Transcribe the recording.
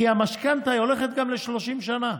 כי המשכנתה, היא הולכת גם ל-30 שנה.